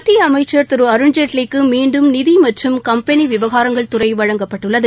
மத்திய அமைச்சா் திரு அருண்ஜேட்லிக்கு மீண்டும் நிதி மற்றும் கம்பெனி விவகாரங்கள் துறை வழங்கப்பட்டுள்ளது